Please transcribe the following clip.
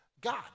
God